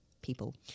People